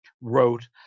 wrote